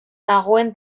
nagoen